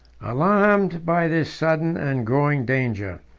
alarmed by this sudden and growing danger,